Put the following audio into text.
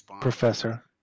Professor